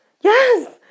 Yes